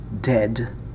dead